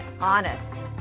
honest